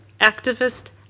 activist